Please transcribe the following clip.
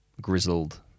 grizzled